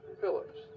pillars